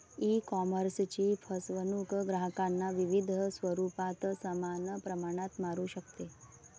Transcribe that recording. ईकॉमर्सची फसवणूक ग्राहकांना विविध स्वरूपात समान प्रमाणात मारू शकते